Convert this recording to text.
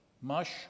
mush